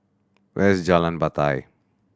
where is Jalan Batai